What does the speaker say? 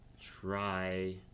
try